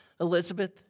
Elizabeth